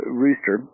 rooster